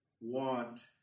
want